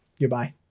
goodbye